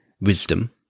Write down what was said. wisdom